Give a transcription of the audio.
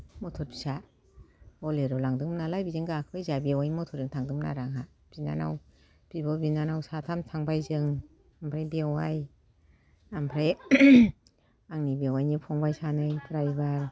मटर फिसा बलेर' लांदोंमोन नालाय बेजों गाखोबाय जोंहा बेवाइनि मटरजों थांदों आरो आंहा बिनानाव बिब' बिनानाव साथाम थांबाय जों ओमफ्राय बेवाइ ओमफ्राय आंनि बेवाइनि फंबाय सानै ड्राइभार